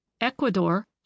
Ecuador